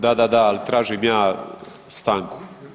Da, da, da, ali tražim ja stanku.